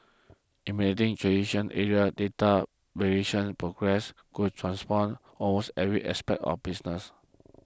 eliminating traditional Asia data verification progress could transform almost every aspect of business